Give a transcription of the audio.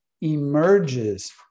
emerges